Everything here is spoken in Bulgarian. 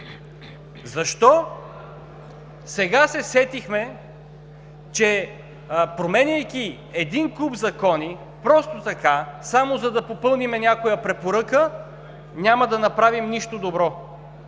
Защо сега се сетихме, че –променяйки един куп закони, просто така, само за да попълним някоя препоръка, няма да направим нищо добро?